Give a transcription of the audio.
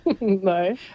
No